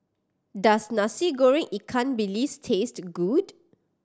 does Nasi Goreng ikan bilis taste good